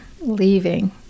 leaving